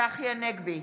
צחי הנגבי,